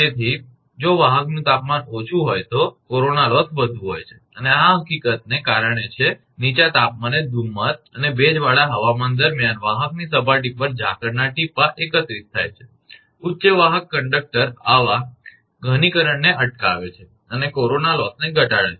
તેથી જો વાહકનું તાપમાન ઓછું હોય તો કોરોના લોસ વધુ હોય છે અને આ તે હકીકતને કારણે છે કે નીચા તાપમાને ધુમ્મસ અને ભેજવાળા હવામાન દરમિયાન વાહકની સપાટી પર ઝાકળના ટીપાં એકત્રિત થાય છે ઉચ્ચ વાહક કરંટ આવા ઘનીકરણને અટકાવે છે અને કોરોના લોસને ઘટાડે છે